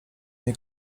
nie